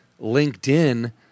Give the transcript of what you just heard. LinkedIn